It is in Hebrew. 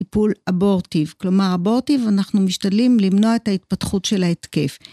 איפול אבורטיב, כלומר אבורטיב, אנחנו משתדלים למנוע את ההתפתחות של ההתקף.